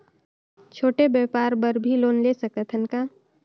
छोटे व्यापार बर भी लोन ले सकत हन का?